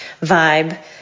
vibe